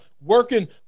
working